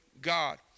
God